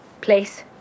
Place